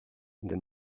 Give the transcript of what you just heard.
the